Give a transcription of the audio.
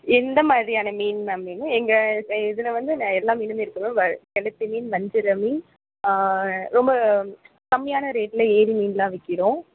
எந்த மாதிரியான மீன் மேம் வேணும் எங்கள் இதில் வந்து எல்லா மீனுமே இருக்குது மேம் வ கெளுத்தி மீன் வஞ்சிர மீன் ரொம்ப கம்மியான ரேட்டில் ஏரி மீனெலாம் விற்கிறோம்